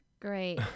Great